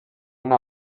una